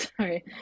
sorry